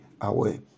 away